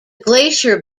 glacier